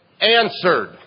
answered